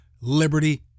liberty